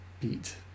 beat